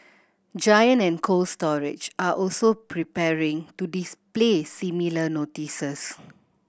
Giant and Cold Storage are also preparing to display similar notices